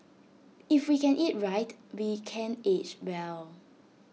if we can eat right we can age well